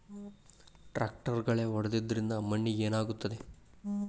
ಟ್ರಾಕ್ಟರ್ಲೆ ಗಳೆ ಹೊಡೆದಿದ್ದರಿಂದ ಮಣ್ಣಿಗೆ ಏನಾಗುತ್ತದೆ?